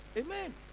amen